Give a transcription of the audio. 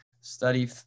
study